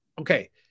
okay